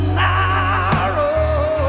narrow